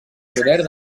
poder